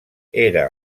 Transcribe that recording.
era